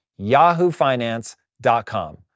yahoofinance.com